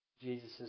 Jesus